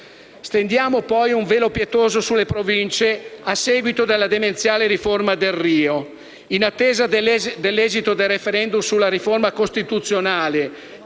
Stendiamo, poi, un velo pietoso sulle Province a seguito della demenziale riforma Delrio. In attesa dell'esito del *referendum* sulla riforma costituzionale,